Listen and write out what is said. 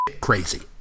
crazy